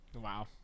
Wow